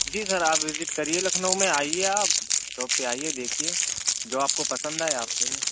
جی sir آپ visit کرئیے لکھنؤ میں آئیے آپ شاپ پہ آئیے دیکھیے جو آپ کو پسند آئے آپ لے لیں